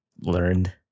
learned